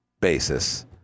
basis